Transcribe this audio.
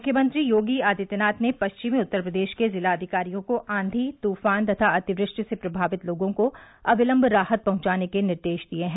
मुख्यमंत्री योगी आदित्यनाथ ने पश्चिमी उत्तर प्रदेश के जिलाधिकारियों को आंधी तूफान तथा अतिवृष्टि से प्रभावित लोगों को अविलम्ब राहत पहुंचाने के निर्देश दिये है